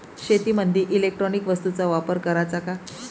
शेतीमंदी इलेक्ट्रॉनिक वस्तूचा वापर कराचा का?